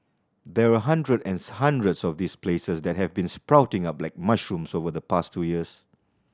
there are hundreds and hundreds of these places that have been sprouting up like mushrooms over the past two years